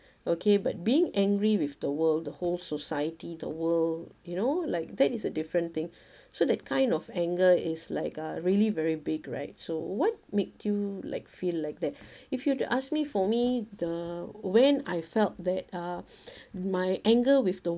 okay but being angry with the world the whole society the world you know like that is a different thing so that kind of anger is like a really very big right so what makes you like feel like that if you were to ask me for me the when I felt that uh my anger with the